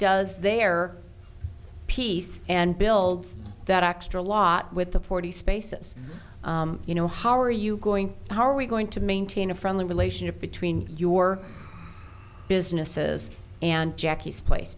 does their piece and builds that extra lot with the forty spaces you know how are you going how are we going to maintain a friendly relationship between your business says and jackie's place